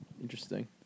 Interesting